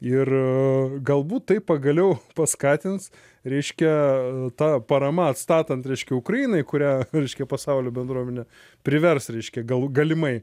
ir galbūt tai pagaliau paskatins reiškia ta parama atstatant reiškia ukrainą į kurią reiškia pasaulio bendruomenė privers reiškia gal galimai